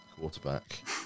quarterback